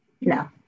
No